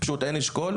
פשוט אין אשכול,